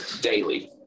daily